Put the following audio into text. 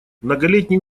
многолетние